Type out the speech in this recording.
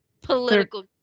political